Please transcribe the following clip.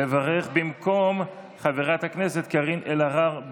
לברך במקום חברת הכנסת קארין אלהרר.